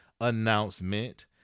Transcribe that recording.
announcement